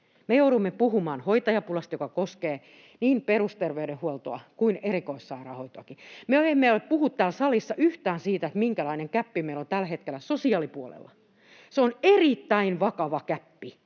Me joudumme puhumaan hoitajapulasta, joka koskee niin perusterveydenhuoltoa kuin erikoissairaanhoitoakin. Me emme puhu täällä salissa yhtään siitä, minkälainen gäppi meillä on tällä hetkellä sosiaalipuolella. [Paula Risikko: